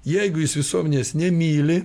jeigu jis visuomenės nemyli